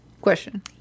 Question